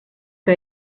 que